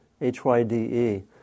H-Y-D-E